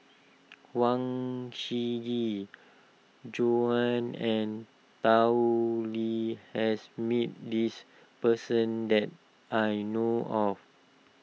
Huang Shiqi Joan and Tao Li has meet this person that I know of